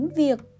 việc